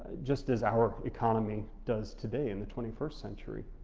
just as our economy does today in the twenty first century.